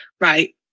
right